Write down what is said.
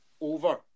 over